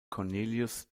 cornelius